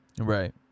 Right